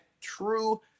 true